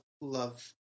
love